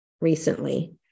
recently